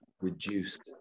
reduced